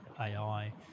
AI